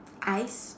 eyes